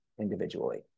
individually